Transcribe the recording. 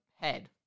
head